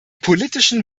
politischen